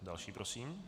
Další prosím.